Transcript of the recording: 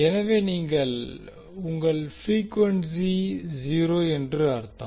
எனவே உங்கள் ப்ரீக்வென்சி 0 என்று அர்த்தம்